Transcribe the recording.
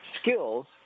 Skills